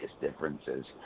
differences